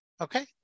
Okay